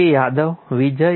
Yadav Vijay એ